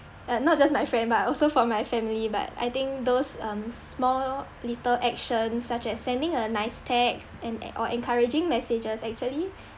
uh not just my friend but also for my family but I think those um small little actions such as sending a nice text and or encouraging messages actually